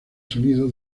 sonido